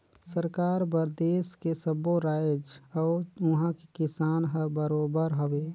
सरकार बर देस के सब्बो रायाज अउ उहां के किसान हर बरोबर हवे